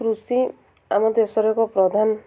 କୃଷି ଆମ ଦେଶର ଏକ ପ୍ରଧାନ